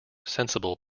sensible